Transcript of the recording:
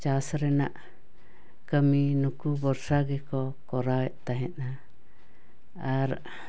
ᱪᱟᱥ ᱨᱮᱱᱟᱜ ᱠᱟᱹᱢᱤ ᱱᱩᱠᱩ ᱵᱷᱚᱨᱥᱟ ᱜᱮᱠᱚ ᱠᱚᱨᱟᱣ ᱮᱫ ᱛᱟᱦᱮᱸᱫᱼᱟ ᱟᱨ